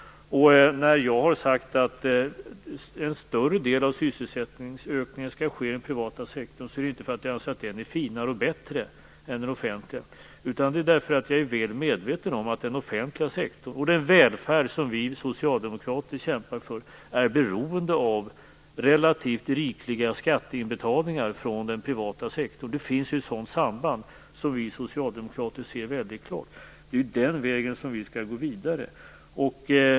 När jag har sagt att en större del av sysselsättningsökningen skall ske i den privata sektorn är det inte för att jag anser att den är finare och bättre än den offentliga, utan för att jag är väl medveten om att den offentliga sektorn och den välfärd som vi socialdemokrater kämpar för är beroende av relativt rikliga skatteinbetalningar från den privata sektorn. Det finns ju ett sådant samband som vi socialdemokrater ser väldigt klart. Det är den vägen som vi skall gå vidare.